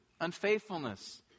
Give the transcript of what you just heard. unfaithfulness